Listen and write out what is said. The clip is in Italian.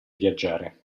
viaggiare